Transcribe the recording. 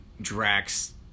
Drax